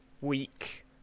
week